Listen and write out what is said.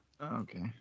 okay